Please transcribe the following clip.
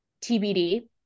TBD